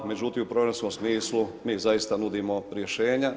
Međutim, u programskom smislu mi zaista nudimo rješenja.